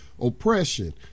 Oppression